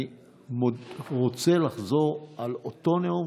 אני רוצה לחזור על אותו נאום,